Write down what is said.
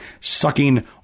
sucking